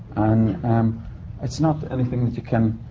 um um it's not anything that you can.